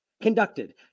conducted